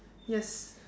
yes